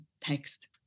text